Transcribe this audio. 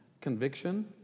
conviction